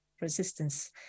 resistance